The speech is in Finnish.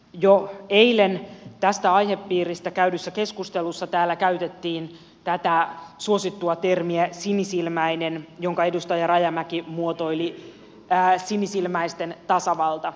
jo eilen tästä aihepiiristä käydyssä keskustelussa täällä käytettiin tätä suosittua termiä sinisilmäinen ja edustaja rajamäki muotoili termin sinisilmäisten tasavalta